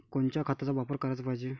कोनच्या खताचा वापर कराच पायजे?